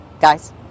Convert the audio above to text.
Guys